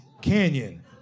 Canyon